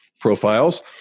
profiles